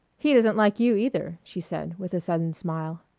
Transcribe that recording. he doesn't like you either, she said with a sudden smile.